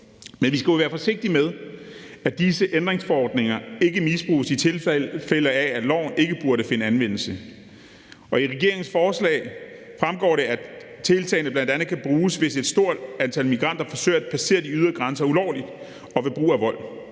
Men vi skal jo være forsigtige med, at disse ændringsforordninger ikke misbruges, i tilfælde af at loven ikke burde finde anvendelse. Og i regeringens forslag fremgår det, at tiltagene bl.a. kan bruges, hvis et stort antal migranter forsøger at passere de ydre grænser ulovligt og ved brug af vold.